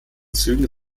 zügen